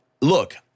look